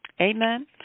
amen